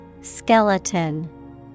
Skeleton